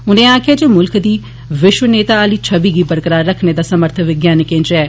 उनें आक्खेआ जे मुल्ख दी विश्व नेता आली छवि गी बश्कार रक्खने दा समर्थ वैज्ञानिकें च ऐह्